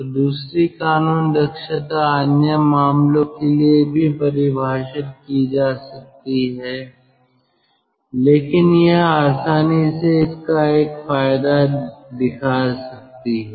तो दूसरी कानून दक्षता अन्य मामलों के लिए भी परिभाषित की जा सकती है लेकिन यह आसानी से इसका एक फायदा दिखा सकती है